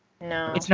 No